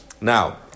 Now